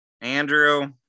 Andrew